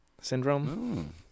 syndrome